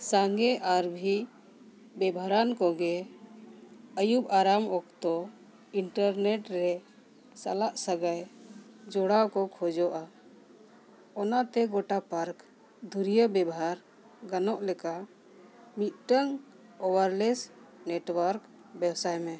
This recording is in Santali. ᱥᱟᱸᱜᱮ ᱟᱨ ᱵᱷᱤ ᱵᱮᱵᱚᱷᱟᱨᱱ ᱠᱚᱜᱮ ᱟᱹᱭᱩᱵ ᱟᱨᱟᱢ ᱚᱠᱛᱚ ᱤᱱᱴᱟᱨᱱᱮᱴ ᱨᱮ ᱥᱟᱞᱟᱜ ᱥᱟᱹᱜᱟᱹᱭ ᱡᱚᱲᱟᱣ ᱠᱚ ᱠᱷᱚᱡᱚᱜᱼᱟ ᱚᱱᱟᱛᱮ ᱜᱚᱴᱟ ᱯᱟᱨᱠ ᱫᱷᱩᱨᱤᱭᱟᱹ ᱵᱮᱵᱚᱦᱟᱨ ᱜᱟᱱᱚᱜ ᱞᱮᱠᱟ ᱢᱤᱫᱴᱟᱱ ᱚᱣᱟᱨᱞᱮᱥ ᱱᱮᱴᱚᱣᱟᱨᱠ ᱵᱟᱹᱭᱥᱟᱹᱣ ᱢᱮ